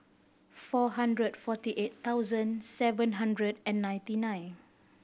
four hundred forty eight thousand seven hundred and ninety nine